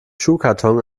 schuhkarton